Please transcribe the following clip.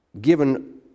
given